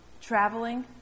traveling